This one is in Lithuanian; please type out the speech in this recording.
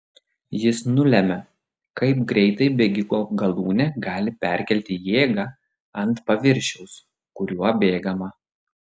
jis nulemia kaip greitai bėgiko galūnė gali perkelti jėgą ant paviršiaus kuriuo bėgama